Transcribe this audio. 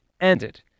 ended